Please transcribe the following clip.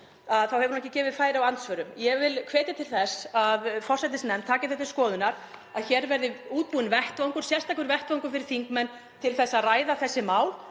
hefur verið gefið færi á andsvörum. Ég vil hvetja til þess að forsætisnefnd taki það til skoðunar að hér verði útbúinn sérstakur vettvangur fyrir þingmenn til að ræða þessi mál